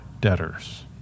debtors